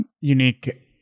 unique